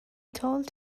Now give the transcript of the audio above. told